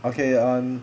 okay um